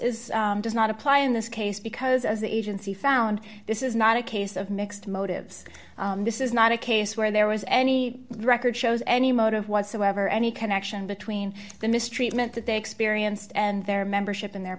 is does not apply in this case because as the agency found this is not a case of mixed motives this is not a case where there was any record shows any motive was so ever any connection between the mistreatment that they experienced and their membership in their